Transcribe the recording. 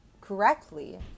correctly